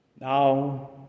Now